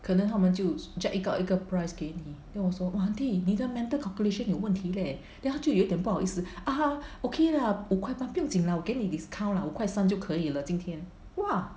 可能他们就 jack 一个一个 price 给你 then 我说 !wah! aunty 你的 mental calculation 有问题 leh then 他就有点不好意思 ah okay lah 五块半不用紧啦我给你 discount lah 五块三就可以了今天 !wah!